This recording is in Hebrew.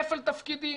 כפל תפקידים,